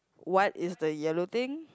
what is the yellow thing